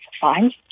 Fine